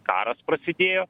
karas prasidėjo